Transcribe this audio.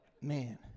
man